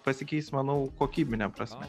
pasikeis manau kokybine prasme